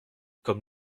comme